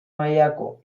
mailako